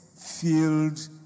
filled